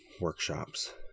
workshops